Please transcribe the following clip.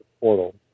portal